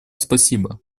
спасибо